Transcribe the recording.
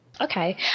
Okay